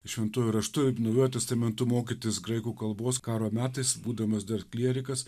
šventuoju raštu ir naujuoju testamentu mokytis graikų kalbos karo metais būdamas dar klierikas